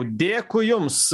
dėkui jums